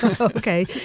Okay